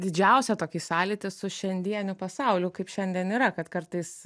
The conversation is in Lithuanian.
didžiausią tokį sąlytį su šiandieniu pasauliu kaip šiandien yra kad kartais